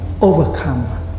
overcome